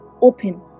open